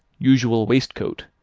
usual waistcoat,